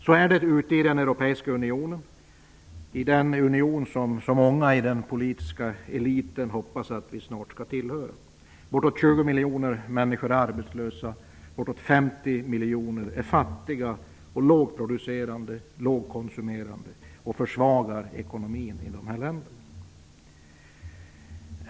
Så är det i den europeiska unionen, i den union som så många i den politiska eliten hoppas att vi snart skall tillhöra. Bortåt 20 miljoner människor är arbetslösa, bortåt 50 miljoner är fattiga, lågproducerande, lågkonsumerande och försvagar ekonomin i de länderna.